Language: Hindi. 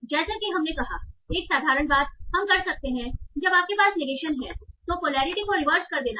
जैसा कि हमने कहा एक साधारण बात हम कर सकते हैं जब आपके पास नेगेशन है तो पोलैरिटी को रिवर्स कर देना है